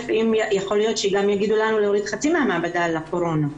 יכול להיות שבחורף יגידו להוריד חצי מהמעבדה לקורונה.